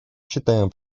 считаем